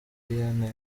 n’ayandi